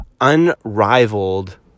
unrivaled